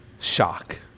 shock